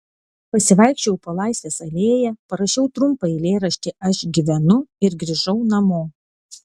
pasivaikščiojau po laisvės alėją parašiau trumpą eilėraštį aš gyvenu ir grįžau namo